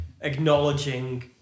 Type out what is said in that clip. acknowledging